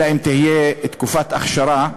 אלא אם כן תהיה לה תקופת אכשרה,